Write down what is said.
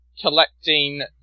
collecting